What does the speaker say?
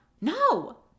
no